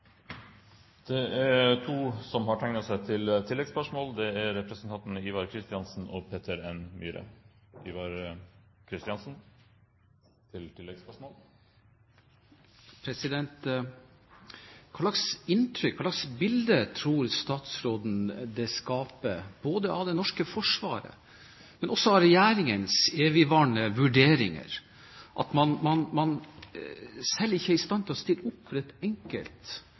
er tilgjengelige. Det blir oppfølgingsspørsmål – først representanten Ivar Kristiansen. Hva slags inntrykk – hva slags bilde – tror statsråden det skaper både av det norske forsvaret og av regjeringens evigvarende vurderinger, når man ikke er i stand til å stille opp for et enkelt,